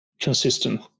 consistent